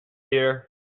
here